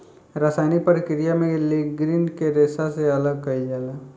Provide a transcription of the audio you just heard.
रासायनिक प्रक्रिया में लीग्रीन के रेशा से अलग कईल जाला